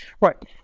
Right